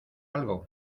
algo